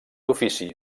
ofici